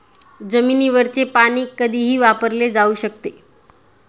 जमिनीवरचे पाणी कधीही वापरले जाऊ शकते